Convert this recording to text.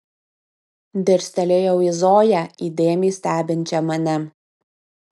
dirstelėjau į zoją įdėmiai stebinčią mane